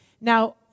Now